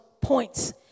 points